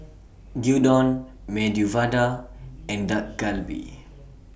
Gyudon Medu Vada and Dak Galbi